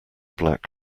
black